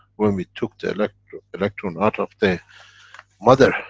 when we took the electron electron out of the mother.